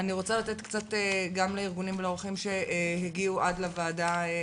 אני רוצה לתת זכות דיבור גם לארגונים ולאורחים שהגיעו פיסית לוועדה.